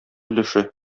өлеше